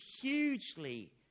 hugely